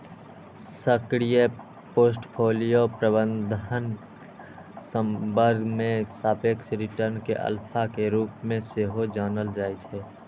सक्रिय पोर्टफोलियो प्रबंधनक संदर्भ मे सापेक्ष रिटर्न कें अल्फा के रूप मे सेहो जानल जाइ छै